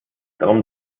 darum